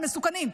הם מסוכנים.